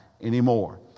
anymore